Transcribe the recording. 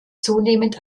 zunehmend